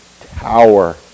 tower